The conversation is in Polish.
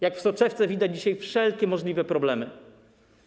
Jak w soczewce widać dzisiaj wszelkie możliwe problemy.